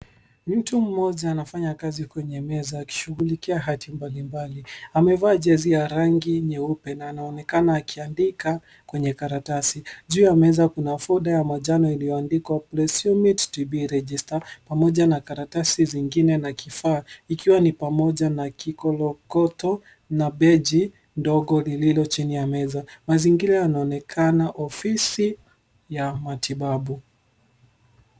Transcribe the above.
Mtu mmoja anafanya kazi kwenye meza akishughulia hati mbalimbali. Amevaa jezi ya rangi nyeupe na anaonekana akiandika kwenye karatasi. Juu ya meza kuna fude ya manjano iliyoandikwa presume it to be register pamoja na karatasi zingine na kifaa ikiwa ni pamoja na kikolokoto na benchi ndogo lililo chini ya meza. Mazingira yanaonekena ofisi ya matibabu.